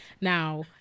Now